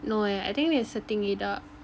no eh I think they're setting it up